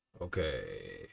okay